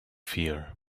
fear